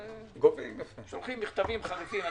שולחים מכתבים חריפים,